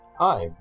Hi